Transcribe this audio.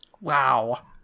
Wow